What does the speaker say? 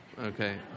Okay